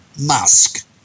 Musk